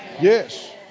Yes